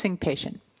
patient